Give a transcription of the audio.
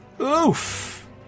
Oof